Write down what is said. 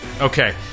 Okay